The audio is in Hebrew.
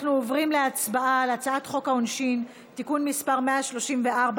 אנחנו עוברים להצבעה על הצעת חוק העונשין (תיקון מס' 134),